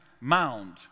mound